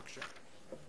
בבקשה.